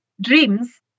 dreams